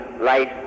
life